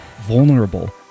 vulnerable